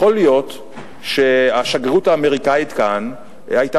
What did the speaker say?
יכול להיות שהשגרירות האמריקנית כאן היתה